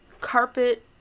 carpet